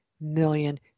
million